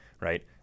right